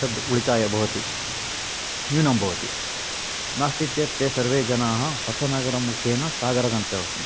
तद् उळिताय भवति न्यूनं भवति नास्ति चेत् ते सर्वे जनाः होसनगर मुखेन सागर गन्तव्यं